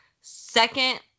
second